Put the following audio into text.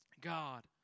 God